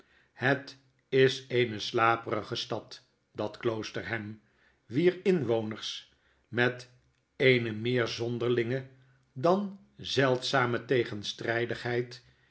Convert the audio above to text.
het is eene slaperige stad dat kloosterham wier inwoners met eene meer zonderlinge dan zeldzame